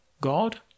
God